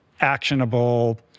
actionable